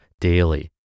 daily